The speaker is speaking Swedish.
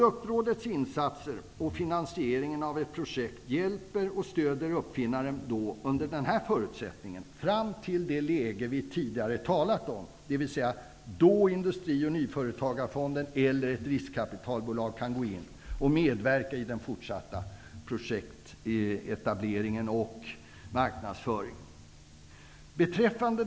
Under den här förutsättningen hjälper och stöder Produktrådets insats och finansiering uppfinnaren fram till det läge som vi tidigare talat om, dvs. då Industri och Nyföretagarfonden eller ett riskkapitalbolag kan gå in och medverka i den fortsatta projektetableringen och marknadsföringen.